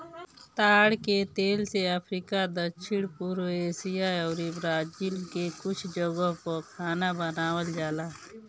ताड़ के तेल से अफ्रीका, दक्षिण पूर्व एशिया अउरी ब्राजील के कुछ जगह पअ खाना बनावल जाला